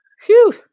Phew